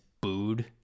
booed